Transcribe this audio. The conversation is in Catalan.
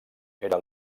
era